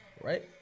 Right